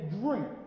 drink